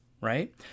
right